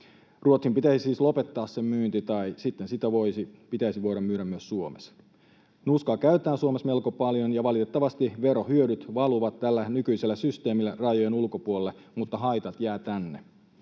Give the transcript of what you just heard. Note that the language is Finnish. Ruotsin pitäisi siis lopettaa sen myynti, tai sitten sitä pitäisi voida myydä myös Suomessa. Nuuskaa käytetään Suomessa melko paljon, ja valitettavasti verohyödyt valuvat tällä nykyisellä systeemillä rajojen ulkopuolelle, mutta haitat jäävät tänne.